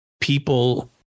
people